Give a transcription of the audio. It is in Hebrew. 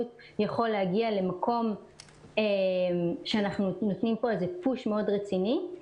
יכול להגיע למקום שאנחנו נותנים פה פוש רציני מאוד.